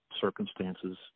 circumstances